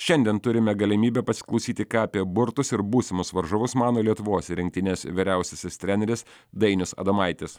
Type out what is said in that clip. šiandien turime galimybę pasiklausyti ką apie burtus ir būsimus varžovus mano lietuvos rinktinės vyriausiasis treneris dainius adomaitis